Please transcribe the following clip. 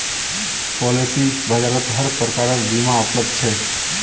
policy बाजारत हर प्रकारेर बीमा उपलब्ध छेक